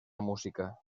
música